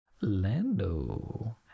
Lando